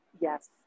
Yes